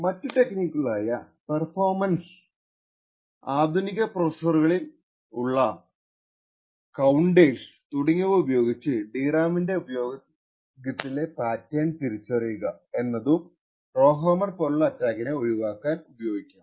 മറ്റു ടെക്നിക്കുകളായ പെർഫോർമൻസ് ആധുനിക പ്രൊസസ്സറിൽ ഉള്ള കൌണ്ടെർസ് തുടങ്ങിയവ ഉപയോഗിച്ച് DRAM ന്റെ ഉപയോഗത്തിലെ പാറ്റേൺ തിരിച്ചറിയുക എന്നതും റൊഹാമ്മർ പോലുള്ള അറ്റാക്കിനെ ഒഴിവാക്കാൻ ഉപയോഗിക്കാം